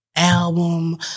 Album